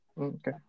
Okay